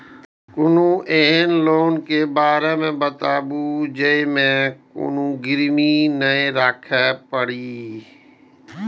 कोनो एहन लोन के बारे मे बताबु जे मे किछ गीरबी नय राखे परे?